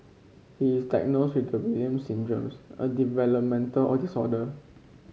he is diagnosed with the Williams Syndrome a developmental disorder